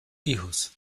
hijos